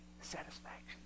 satisfaction